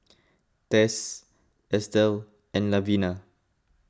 Tess Estelle and Lavina